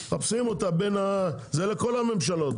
זה לכל הממשלות,